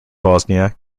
bosnia